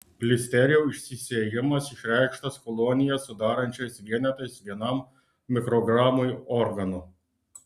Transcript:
listerijų išsisėjimas išreikštas kolonijas sudarančiais vienetais vienam mikrogramui organo